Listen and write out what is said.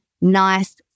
nice